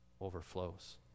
overflows